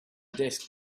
desk